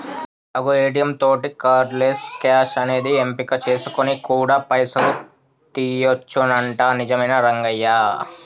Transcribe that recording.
అగో ఏ.టీ.యం తోటి cardless cash అనేది ఎంపిక చేసుకొని కూడా పైసలు తీయొచ్చునంట నిజమేనా రంగయ్య